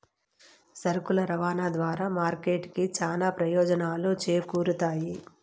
సరుకుల రవాణా ద్వారా మార్కెట్ కి చానా ప్రయోజనాలు చేకూరుతాయి